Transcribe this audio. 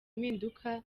impinduka